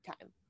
time